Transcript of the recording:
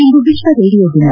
ಇಂದು ವಿಶ್ವ ರೇಡಿಯೋ ದಿನ